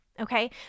okay